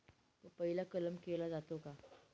पपईला कलम केला जातो का?